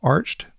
Arched